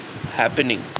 happening